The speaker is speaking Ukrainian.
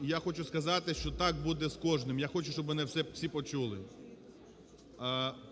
я хочу сказати, що так буде з кожним, і я хочу, щоб мене всі почули.